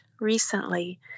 recently